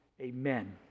Amen